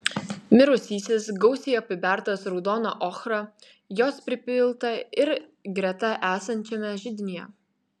mirusysis gausiai apibertas raudona ochra jos pripilta ir greta esančiame židinyje